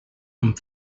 amb